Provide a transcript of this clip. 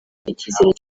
icyizere